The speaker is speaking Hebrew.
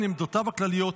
אבל עדיין, עמדותיו הכלליות,